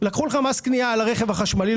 לקחו לך מס קנייה על הרכב החשמלי,